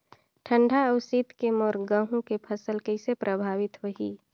ठंडा अउ शीत मे मोर गहूं के फसल कइसे प्रभावित होही?